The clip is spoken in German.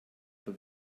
aber